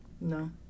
No